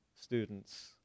students